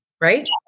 right